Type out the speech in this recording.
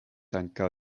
ankaŭ